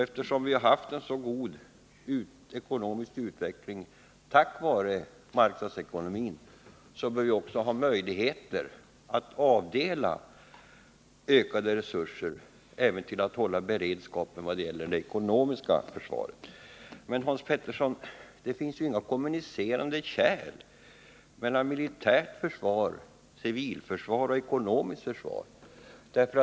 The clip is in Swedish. Eftersom vi har haft en så god ekonomisk utveckling tack vare marknadsekonomin, bör vi också kunna avdela större resurser för att upprätthålla beredskapen på det ekonomiska försvarets område. Men, Hans Petersson, det militära försvaret, civilförsvaret och det ekonomiska försvaret är ju inte som kommunicerande kärl.